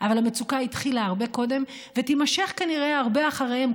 אבל המצוקה התחילה הרבה קודם ותימשך כנראה הרבה אחריהם,